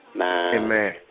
Amen